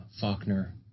Faulkner